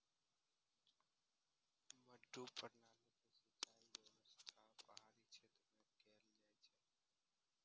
मड्डू प्रणाली के सिंचाइ व्यवस्था पहाड़ी क्षेत्र मे कैल जाइ छै